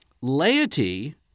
laity